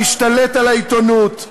משתלט על העיתונות,